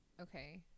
okay